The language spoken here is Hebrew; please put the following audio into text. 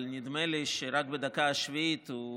אבל נדמה לי שרק בדקה השביעית הוא